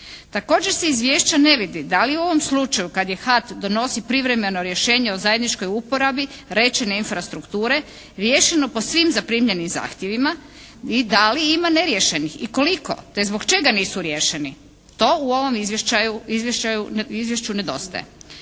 Također se iz izvješća ne vidi da li u ovom slučaju kad HAT donosi privremeno rješenje o zajedničkoj uporabi rečene infrastrukture riješeno po svim zaprimljenim zahtjevima i da li ima neriješenih i koliko, te zbog čega nisu riješeni? To u ovom izvješću nedostaje.